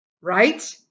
right